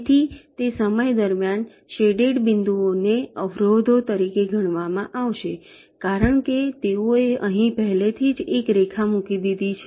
તેથી તે સમય દરમિયાન શેડેડ બિંદુઓને અવરોધો તરીકે ગણવામાં આવશે કારણ કે તેઓએ અહીં પહેલેથી જ એક રેખા મૂકી દીધી છે